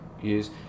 use